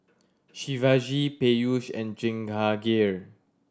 Shivaji Peyush and Jehangirr